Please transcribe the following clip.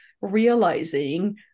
realizing